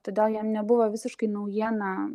todėl jiem nebuvo visiškai naujiena